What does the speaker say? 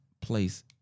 place